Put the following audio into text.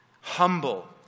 humble